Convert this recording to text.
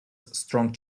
strong